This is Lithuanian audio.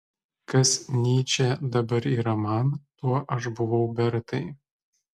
kas nyčė dabar yra man tuo aš buvau bertai